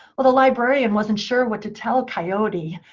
well, the librarian wasn't sure what to tell coyote.